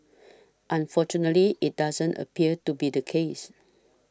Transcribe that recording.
unfortunately it doesn't appear to be the case